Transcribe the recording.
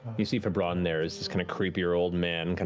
you see febron there, is this kind of creepier old man, and